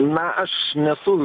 na aš nesu